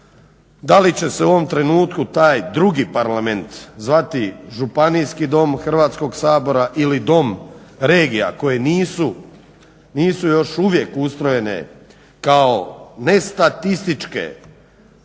Da li će se u ovom trenutku taj drugi parlament zvati Županijski dom Hrvatskog sabora ili dom regija koje nisu još uvijek ustrojene kao ne statističke jedinice